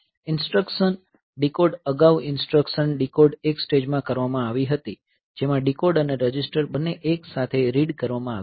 instruction decode અગાઉ instruction decode એક સ્ટેજમાં કરવામાં આવી હતી જેમાં ડીકોડ અને રજીસ્ટર બંને એકસાથે રીડ કરવામાં આવ્યા હતા